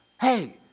Hey